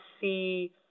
see